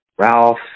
Ralph